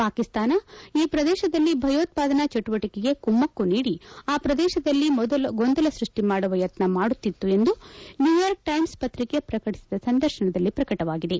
ಪಾಕಿಸ್ತಾನ ಈ ಪ್ರದೇಶದಲ್ಲಿ ಭಯೋತ್ವಾದನಾ ಚಟುವಟಕೆಗೆ ಕುಮ್ಮಕ್ಕು ನೀಡಿ ಆ ಪ್ರದೇಶದಲ್ಲಿ ಗೊಂದಲ ಸೃಷ್ಟಿ ಮಾಡುವ ಯತ್ನ ಮಾಡುತ್ತಿತ್ತು ಎಂದು ನ್ಯೂಯಾರ್ಕ್ ಟೈಮ್ಸ್ ಪತ್ರಿಕೆ ಪ್ರಕಟಿಸಿದ ಸಂದರ್ಶನ ಪ್ರಕಟವಾಗಿದೆ